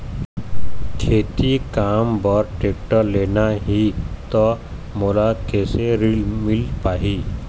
खेती काम बर टेक्टर लेना ही त मोला कैसे ऋण मिल पाही?